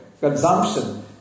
Consumption